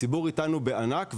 הציבור איתנו בענק.